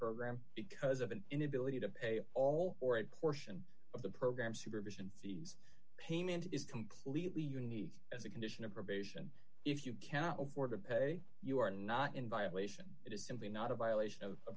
program because of an inability to pay all or a portion of the program supervision fees payment is completely unique as a condition of probation if you cannot afford to pay you are not in violation it is simply not a violation of